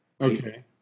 Okay